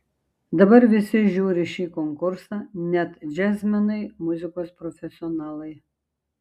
dabar visi žiūri šį konkursą net džiazmenai muzikos profesionalai